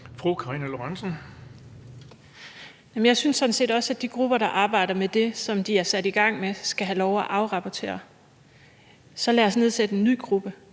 (SF): Jamen jeg synes sådan set også, at de grupper, der arbejder med det, som de er sat i gang med, skal have lov at afrapportere. Så lad os nedsætte en ny gruppe,